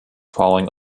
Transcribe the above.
falling